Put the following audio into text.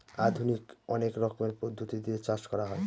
আধুনিক অনেক রকমের পদ্ধতি দিয়ে চাষ করা হয়